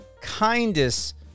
kindest